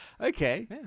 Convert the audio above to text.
Okay